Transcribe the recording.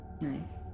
nice